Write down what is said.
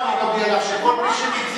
מה זה,